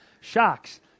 Shocks